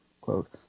quote